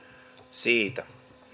siitä